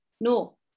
no